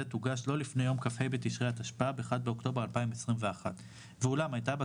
תוגש לא לפני יום כ"ה בתשרי התשפ"ב (1 באוקטובר 2021); על אף האמור,